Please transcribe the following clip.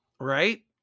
Right